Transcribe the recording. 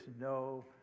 no